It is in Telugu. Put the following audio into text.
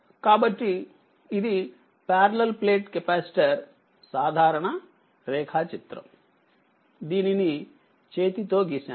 కాబట్టిఇది పార్లల్ ప్లేట్ కెపాసిటర్ సాధారణ రేఖా చిత్రందీనినిచేతితో గీశాను